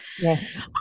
Yes